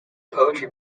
poetry